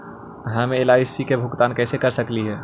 हम एल.आई.सी के भुगतान कैसे कर सकली हे?